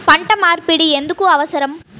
పంట మార్పిడి ఎందుకు అవసరం?